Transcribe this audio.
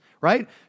right